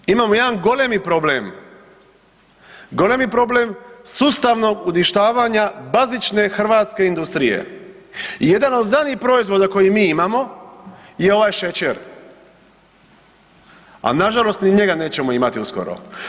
Dakle, imamo jedan golemi problem, golemi problem sustavnog uništavanja bazične hrvatske industrije i jedan od znanih proizvoda koji mi imamo je ovaj šećer, a nažalost ni njega nećemo imati uskoro.